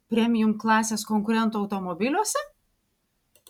premium klasės konkurentų automobiliuose